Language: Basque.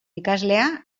ikaslea